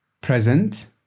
Present